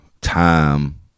time